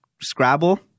Scrabble